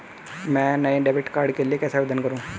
मैं नए debit card के लिए कैसे आवेदन करूं?